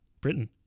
Britain